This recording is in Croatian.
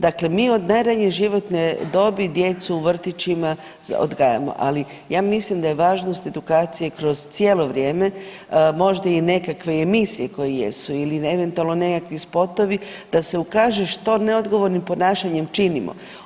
Dakle mi od najranije životne dobi djecu u vrtićima odgajamo, ali ja mislim da je važnost edukacije kroz cijelo vrijeme, možda i nekakve emisije koje jesu ili eventualno nekakvi spotovi da se ukaže što neodgovornim ponašanjem činimo.